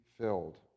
filled